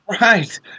Right